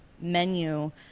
menu